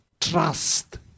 trust